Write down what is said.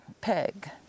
Peg